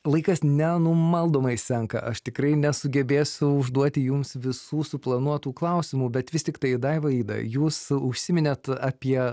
laikas nenumaldomai senka aš tikrai nesugebėsiu užduoti jums visų suplanuotų klausimų bet vis tiktai daiva ida jūs užsiminėt apie